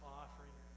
offering